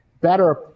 better